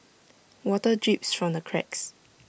water drips from the cracks